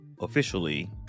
officially